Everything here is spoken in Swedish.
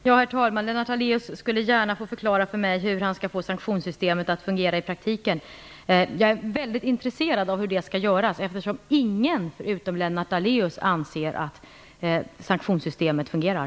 Herr talman! Lennart Daléus får gärna förklara för mig hur han skall få sanktionssystemet att fungera i praktiken. Jag är väldigt intresserad av hur det skall göras eftersom ingen utom Lennart Daléus anser att sanktionssystemet fungerar.